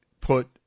put